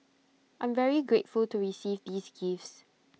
I'm very grateful to receive these gifts